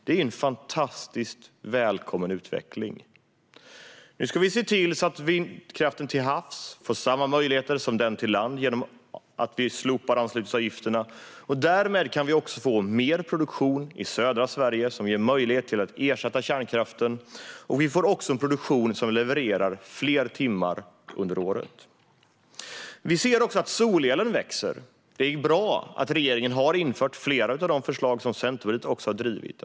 Det är en fantastiskt välkommen utveckling. Nu ska vi se till att vindkraften till havs får samma möjligheter som den på land genom att vi slopar anslutningsavgifterna. Därmed kan vi få mer produktion i södra Sverige som ger möjlighet att ersätta kärnkraften. Vi får också en produktion som levererar fler timmar under året. Vi ser också att solelen växer. Det är bra att regeringen har infört flera av de förslag som Centerpartiet också har drivit.